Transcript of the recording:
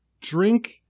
drink